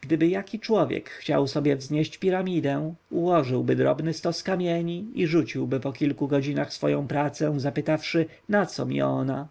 gdyby jaki człowiek chciał sobie wznieść piramidę ułożyłby drobny stos kamieni i rzuciłby po kilku godzinach swoją pracę zapytawszy naco mi ona